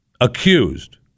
accused